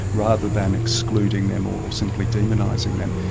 rather than excluding them all, simply demonising them.